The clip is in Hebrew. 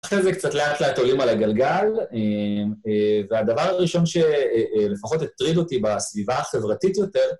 אחרי זה קצת לאט לאט עולים על הגלגל, והדבר הראשון שלפחות הטריד אותי בסביבה החברתית יותר,